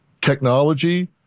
Technology